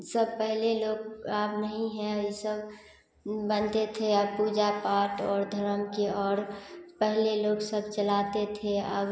सब पहले लोग अब नहीं है यह सब बनते थे अब पूजा पाठ और धरम की ओर पहले लोग सब चलाते थे अब